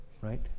right